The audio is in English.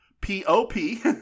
P-O-P